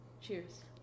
Cheers